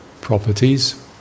properties